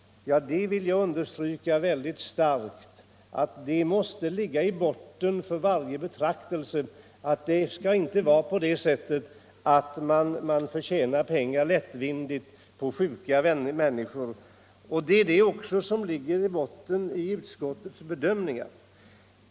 Jag vill starkt understryka att det måste ligga i botten för varje betraktelse — att det inte skall vara så att man kan förtjäna pengar lättvindigt på sjuka människor. Det är också det som ligger i botten för utskottets bedömningar.